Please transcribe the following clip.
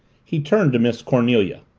he turned to miss cornelia.